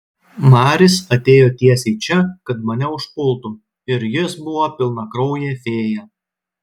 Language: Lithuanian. maris atėjo tiesiai čia kad mane užpultų ir jis buvo pilnakraujė fėja